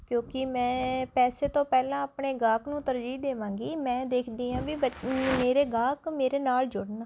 ਕਿਉਂਕਿ ਮੈਂ ਪੈਸੇ ਤੋਂ ਪਹਿਲਾਂ ਆਪਣੇ ਗਾਹਕ ਨੂੰ ਤਰਜੀਹ ਦੇਵਾਂਗੀ ਮੈਂ ਦੇਖਦੀ ਹਾਂ ਵੀ ਬ ਮੇਰੇ ਗਾਹਕ ਮੇਰੇ ਨਾਲ ਜੁੜਨ